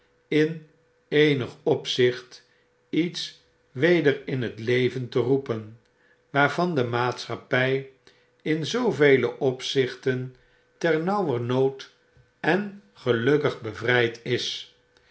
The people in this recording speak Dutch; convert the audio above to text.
in eenig opzicht iets weder in het leven te roepen waarvan de maatschappy in zoovele opzichten ternauwernood en gelukkig bevryd is